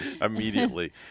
immediately